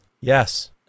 Yes